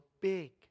big